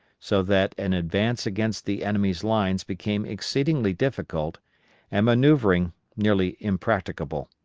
so that an advance against the enemy's lines became exceedingly difficult and manoeuvring nearly impracticable,